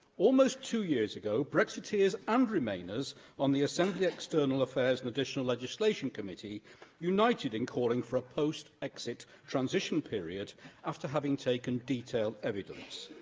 almost two years ago, brexiteers and remainers on the assembly external affairs and additional legislation committee united in calling for a post-exit transition period after having taken detailed evidence.